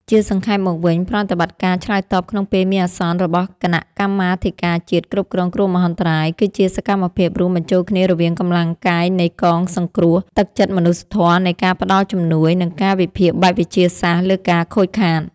ជាសង្ខេបមកវិញ ប្រតិបត្តិការឆ្លើយតបក្នុងពេលមានអាសន្នរបស់គណៈកម្មាធិការជាតិគ្រប់គ្រងគ្រោះមហន្តរាយ គឺជាសកម្មភាពរួមបញ្ចូលគ្នារវាងកម្លាំងកាយនៃកងសង្គ្រោះ ទឹកចិត្តមនុស្សធម៌នៃការផ្តល់ជំនួយ និងការវិភាគបែបវិទ្យាសាស្ត្រលើការខូចខាត។